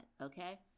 okay